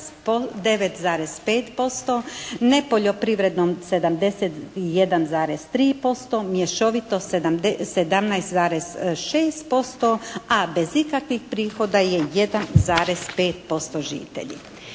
9,5%, ne poljoprivredom 71,3%, mješovito 17,6% a bez ikakvih prihoda je 1,5% žitelji.